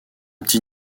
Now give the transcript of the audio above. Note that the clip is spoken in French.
petit